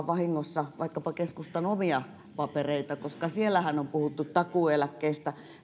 vahingossa vaikkapa keskustan omia papereita koska siellähän on puhuttu takuueläkkeistä